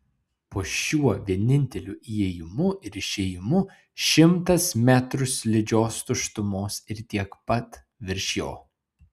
po šiuo vieninteliu įėjimu ir išėjimu šimtas metrų slidžios tuštumos ir tiek pat virš jo